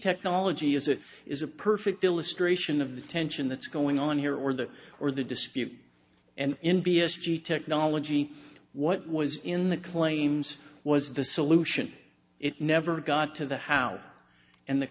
technology is it is a perfect illustration of the tension that's going on here or the or the dispute and in b s g t acknowledging what was in the claims was the solution it never got to the house and the